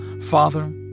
Father